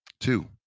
Two